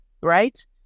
right